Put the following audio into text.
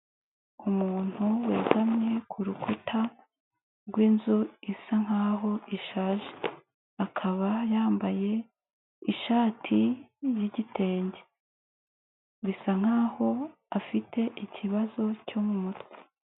Umuntu wegamye ku rukuta rw'inzu isa nk'aho ishaje, akaba yambaye ishati y'igitenge bisa nk'aho afite ikibazo cyo mu mutwe.